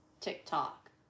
TikTok